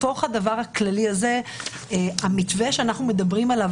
בתוך הדבר הכללי הזה המתווה שאנחנו מדברים עליו,